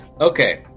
Okay